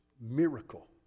miracle